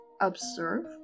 observe